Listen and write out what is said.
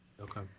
Okay